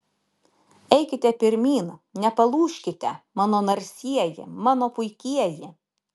eikite pirmyn nepalūžkite mano narsieji mano puikieji